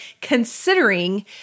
considering